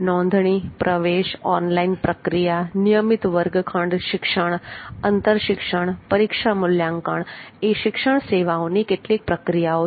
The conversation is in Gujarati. નોંધણી પ્રવેશ ઓનલાઈન પ્રક્રિયા નિયમિત વર્ગખંડ શિક્ષણ અંતર શિક્ષણ પરીક્ષા મૂલ્યાંકન એ શિક્ષણ સેવાઓની કેટલીક પ્રક્રિયાઓ છે